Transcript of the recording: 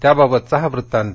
त्याबाबतचा हा वृत्तांत